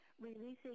releasing